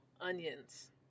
onions